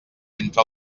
entre